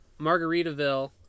Margaritaville